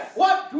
what